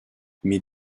mes